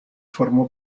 formó